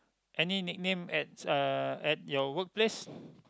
any nickname at uh at your workplace